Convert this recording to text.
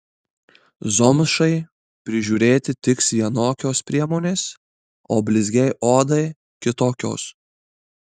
zomšai prižiūrėti tiks vienokios priemonės o blizgiai odai kitokios